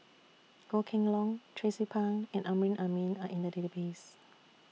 Goh Kheng Long Tracie Pang and Amrin Amin Are in The Database